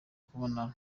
kubona